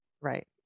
Right